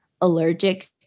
allergic